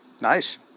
Nice